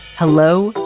hello,